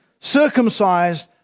circumcised